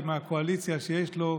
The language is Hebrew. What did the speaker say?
עם הקואליציה שיש לו,